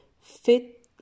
fit